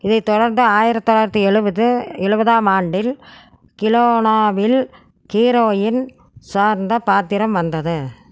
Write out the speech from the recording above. இதைத் தொடர்ந்து ஆயிரத்து தொள்ளாயிரத்து எழுபது எழுபதாம் ஆண்டில் கிலோனாவில் ஹீரோயின் சார்ந்த பாத்திரம் வந்தது